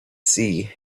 see